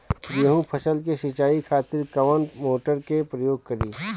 गेहूं फसल के सिंचाई खातिर कवना मोटर के प्रयोग करी?